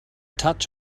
touch